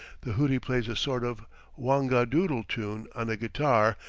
the luti plays a sort of whangadoodle tune on a guitar,